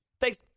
Thanks